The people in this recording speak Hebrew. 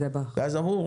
ואז אמרו,